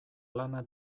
lana